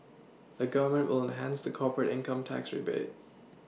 the Government will enhance the corporate income tax rebate